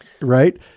right